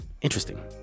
Interesting